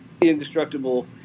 indestructible